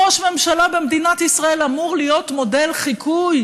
ראש ממשלה במדינת ישראל אמור להיות מודל לחיקוי